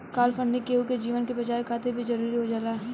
काल funding केहु के जीवन के बचावे खातिर भी जरुरी हो जाला